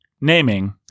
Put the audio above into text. naming